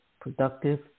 productive